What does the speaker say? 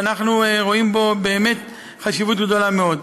ואנחנו רואים בו באמת חשיבות גדולה מאוד.